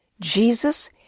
Jesus